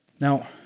Now